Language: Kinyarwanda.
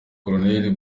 col